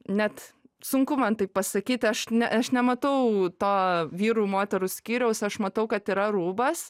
net sunku man taip pasakyti aš ne aš nematau to vyrų moterų skyriaus aš matau kad yra rūbas